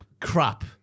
crap